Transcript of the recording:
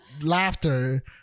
laughter